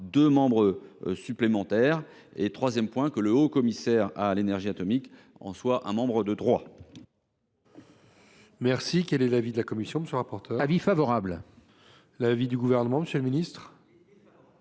deux membres supplémentaires ; troisièmement, que le Haut Commissaire à l’énergie atomique en sera membre de droit.